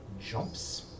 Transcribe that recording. jumps